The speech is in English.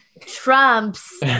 trumps